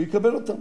הוא יקבל אותן.